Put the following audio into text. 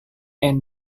and